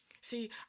See